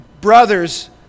brothers